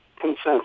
consensus